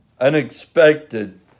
unexpected